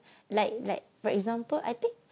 like like for example I think